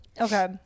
okay